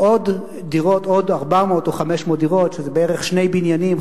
עוד 400 או 500 דירות, שזה בערך שני בניינים.